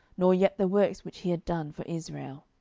nor yet the works which he had done for israel.